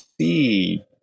see